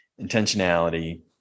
intentionality